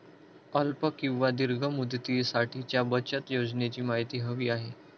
अल्प किंवा दीर्घ मुदतीसाठीच्या बचत योजनेची माहिती हवी आहे